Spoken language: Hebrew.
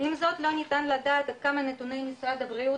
עם זאת לא ניתן לדעת עד כמה נתוני משרד הבריאות